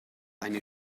eine